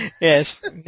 Yes